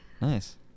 Nice